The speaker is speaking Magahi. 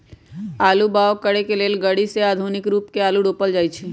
आलू बाओ करय बला ग़रि से आधुनिक रुपे आलू रोपल जाइ छै